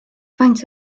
faint